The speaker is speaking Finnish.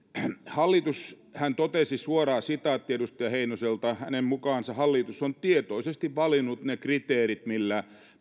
hän totesi suora sitaatti edustaja heinoselta että hänen mukaansa hallitus on tietoisesti valinnut ne kriteerit millä